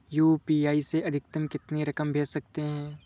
UPI से अधिकतम कितनी रकम भेज सकते हैं?